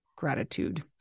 Gratitude